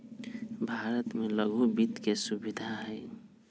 भारत में लघु वित्त के सुविधा हई